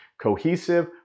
cohesive